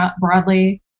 broadly